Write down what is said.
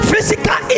physical